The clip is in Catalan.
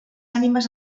ànimes